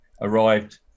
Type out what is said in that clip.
arrived